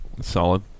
Solid